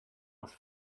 must